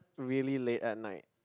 really late at night